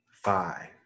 Five